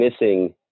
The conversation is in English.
missing